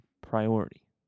priority